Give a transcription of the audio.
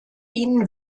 ihnen